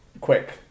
quick